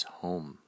home